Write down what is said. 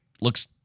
looks